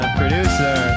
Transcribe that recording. producer